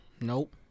Nope